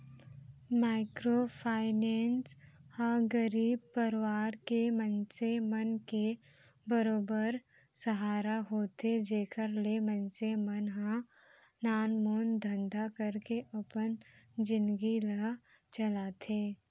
micro finance ह गरीब परवार के मनसे मन के बरोबर सहारा होथे जेखर ले मनसे मन ह नानमुन धंधा करके अपन जिनगी ल चलाथे